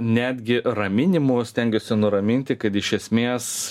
netgi raminimu stengiuosi nuraminti kad iš esmės